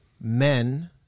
men